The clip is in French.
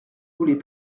voulait